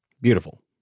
Beautiful